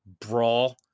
brawl